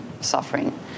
suffering